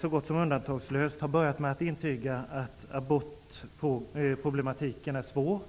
Så gott som undantagslöst har varje talare börjat med att intyga att abortproblematiken är svår